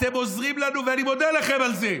אתם עוזרים לנו, ואני מודה לכם על זה,